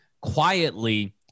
quietly